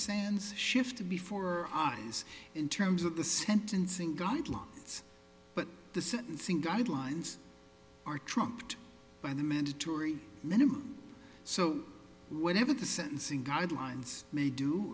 sands shift to before our eyes in terms of the sentencing guidelines but the sentencing guidelines are trumped by the mandatory minimum so whatever the sentencing guidelines may do